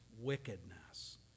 wickedness